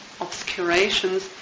obscurations